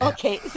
Okay